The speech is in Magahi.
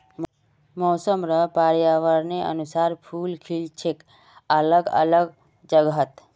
मौसम र पर्यावरनेर अनुसार फूल खिल छेक अलग अलग जगहत